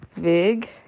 big